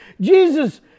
Jesus